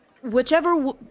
whichever